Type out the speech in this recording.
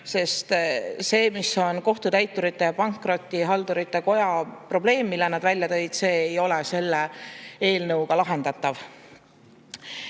sest see Kohtutäiturite ja Pankrotihaldurite Koja probleem, mille nad välja tõid, ei ole selle eelnõuga lahendatav.